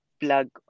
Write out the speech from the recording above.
plug